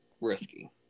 risky